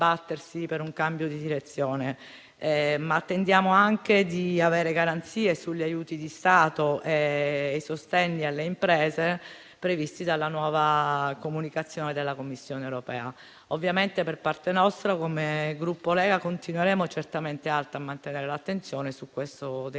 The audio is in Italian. per un cambio di direzione. Attendiamo anche di avere garanzie sugli aiuti di Stato e i sostegni alle imprese previsti dalla nuova comunicazione della Commissione europea. Da parte nostra, come Gruppo Lega, continueremo certamente a mantenere alta l'attenzione su questo delicato